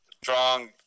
strong